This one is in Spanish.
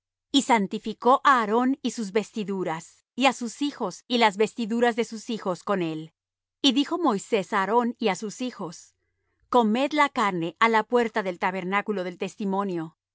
y santificó á aarón y sus vestiduras y á sus hijos y las vestiduras de sus hijos con él y dijo moisés á aarón y á sus hijos comed la carne á la puerta del tabernáculo del testimonio y